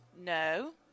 No